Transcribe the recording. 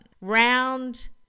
Round